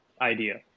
idea